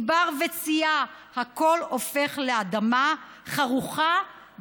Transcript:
מדבר וצייה, הכול הופך לאדמה חרוכה.